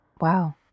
Wow